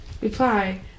Reply